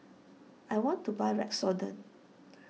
I want to buy Redoxon